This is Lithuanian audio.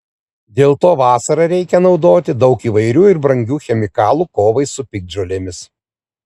dėl to vasarą reikia naudoti daug įvairių ir brangių chemikalų kovai su piktžolėmis